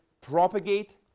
propagate